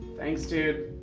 thanks, dude.